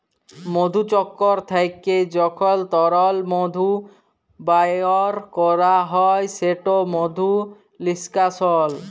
মধুচক্কর থ্যাইকে যখল তরল মধু বাইর ক্যরা হ্যয় সেট মধু লিস্কাশল